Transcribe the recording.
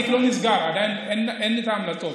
התיק לא נסגר, עדיין אין את ההמלצות.